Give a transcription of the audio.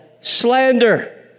slander